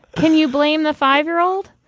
can you blame the five year old?